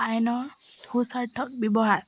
আইনৰ সুস্বাৰ্থক ব্যৱহাৰ